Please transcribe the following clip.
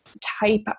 type